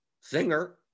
Singer